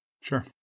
Sure